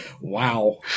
wow